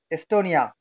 Estonia